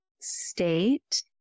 state